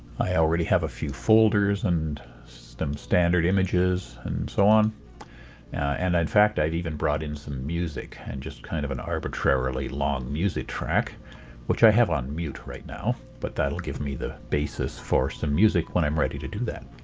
i already have a few folders and standard images and so on and in fact i even brought in some music and just kind of an arbitrarily long music track which i have on mute right now but that'll give me the basis for some music when i'm ready to do that.